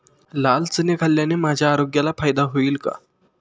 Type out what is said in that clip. लाल चणे खाल्ल्याने माझ्या आरोग्याला फायदा होईल का?